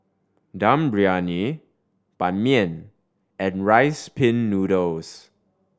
Dum Briyani Ban Mian and Rice Pin Noodles